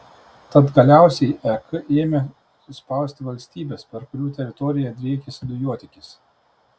tad galiausiai ek ėmė spausti valstybes per kurių teritoriją driekiasi dujotiekis